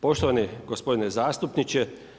Poštovani gospodine zastupniče.